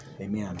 Amen